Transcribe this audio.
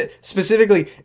Specifically